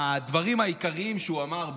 הדברים העיקריים שהוא אמר,